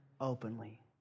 openly